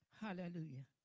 Hallelujah